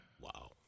Wow